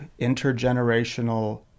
intergenerational